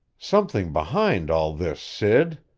something behind all this, sid.